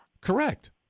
correct